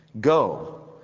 Go